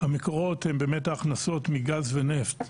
המקורות הם באמת ההכנסות מגז ונפט.